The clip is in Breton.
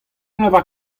lavar